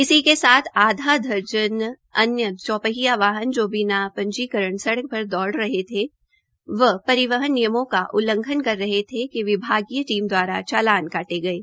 इसी के साथ आधा दर्जन अन्य चौपहिया वाहन जो बिना पंजीकरण सड़क पर दौड़ रहे थे व परिवहन नियमों का उल्लघंन कर रहे थे के विभागीय टीम दवारा चालान काटे गये